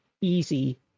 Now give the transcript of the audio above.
easy